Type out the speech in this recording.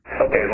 Okay